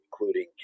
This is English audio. including